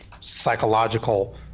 psychological